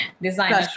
Designer